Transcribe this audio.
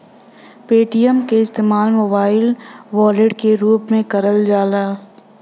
Paytm क इस्तेमाल mobile wallet के रूप में करल जाला